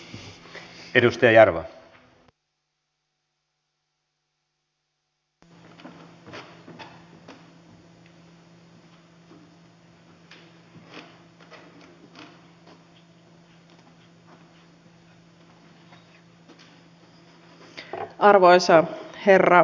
arvoisa herra puhemies